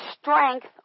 strength